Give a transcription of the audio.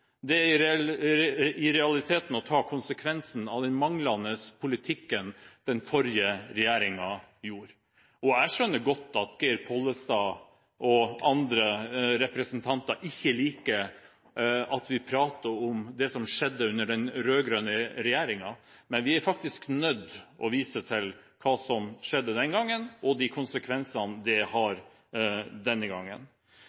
Det vi gjør nå, er i realiteten å ta konsekvensen av den manglende politikken den forrige regjeringen førte. Jeg skjønner godt at Geir Pollestad og andre representanter ikke liker at vi prater om det som skjedde under den rød-grønne regjeringen, men vi er faktisk nødt til å vise til hva som skjedde den gangen, og til de konsekvensene det